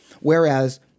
Whereas